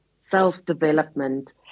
self-development